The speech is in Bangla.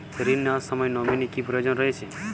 ঋণ নেওয়ার সময় নমিনি কি প্রয়োজন রয়েছে?